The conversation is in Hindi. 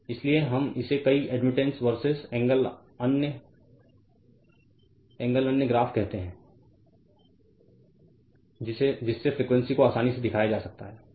इसलिए हम इसे कई एडमिटन्स वर्सेज एंगल अन्य ग्राफ़ कहते हैं जिससे फ्रीक्वेंसी को आसानी से दिखाया जा सकता है